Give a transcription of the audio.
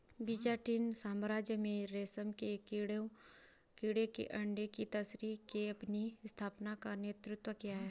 Byzantine साम्राज्य में रेशम के कीड़े के अंडे की तस्करी ने अपनी स्थापना का नेतृत्व किया